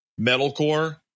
metalcore